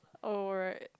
oh right